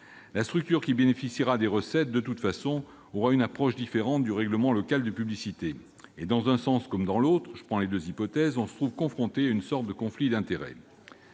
La structure qui bénéficiera des recettes aura une approche différente du règlement local de publicité ; et, dans un sens comme dans l'autre, quelle que soit l'hypothèse retenue, on se trouve confronté à une sorte de conflit d'intérêts.